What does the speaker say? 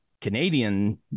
Canadian